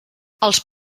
els